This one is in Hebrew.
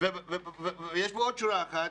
יש כאן עוד שורה אחת.